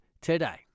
today